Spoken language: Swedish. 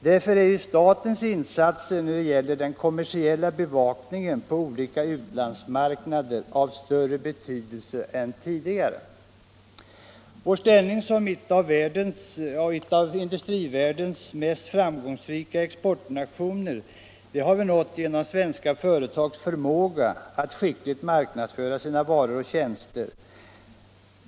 Därför är statens insatser när det gäller den kommersiella bevakningen på olika utlandsmarknader av större betydelse nu än tidigare. Vår ställning som en av industrivärldens mest framgångsrika exportnationer har vi nått genom svenska företags förmåga att skickligt marknadsföra sina varor och tjänster.